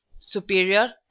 superior